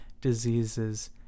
diseases